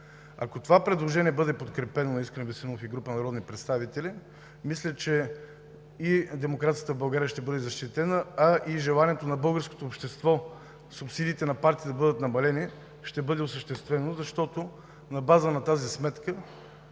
Ако това предложение на Искрен Веселинов и група народни представители бъде подкрепено, мисля, че и демокрацията в България ще бъде защитена, а и желанието на българското общество субсидиите на партиите да бъдат намалени ще бъде осъществено. Защото на база на тази сметка